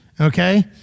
okay